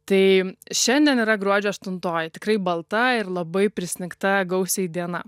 tai šiandien yra gruodžio aštuntoji tikrai balta ir labai prisnigta gausiai diena